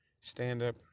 stand-up